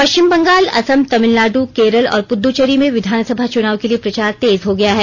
पश्चिम बंगाल असम तमिलनाडु केरल और पुद्दुचेरी में विधानसभा चुनाव के लिए प्रचार तेज हो गया है